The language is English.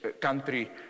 country